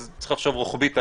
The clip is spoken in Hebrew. אז צריך לחשוב רוחבית.